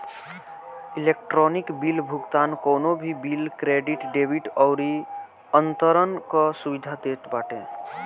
electronic bill भुगतान कवनो भी बिल, क्रेडिट, डेबिट अउरी अंतरण कअ सुविधा देत बाटे